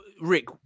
Rick